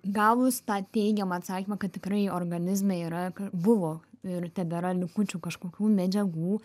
gavus tą teigiamą atsakymą kad tikrai organizme yra buvo ir tebėra likučių kažkokių medžiagų